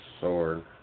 sword